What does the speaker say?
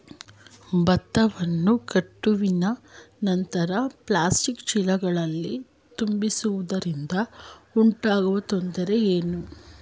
ಭತ್ತವನ್ನು ಕಟಾವಿನ ನಂತರ ಪ್ಲಾಸ್ಟಿಕ್ ಚೀಲಗಳಲ್ಲಿ ತುಂಬಿಸಿಡುವುದರಿಂದ ಉಂಟಾಗುವ ತೊಂದರೆ ಏನು?